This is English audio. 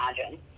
imagine